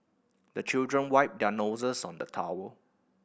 the children wipe their noses on the towel